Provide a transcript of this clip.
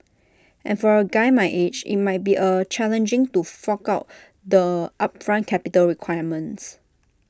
and for A guy my age IT might be A challenging to fork out the upfront capital requirements